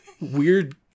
weird